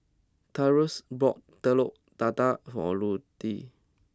Taurus bought Telur Dadah for Ruthie